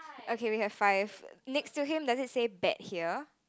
okay we have five next to him does it say bet here